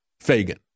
Fagan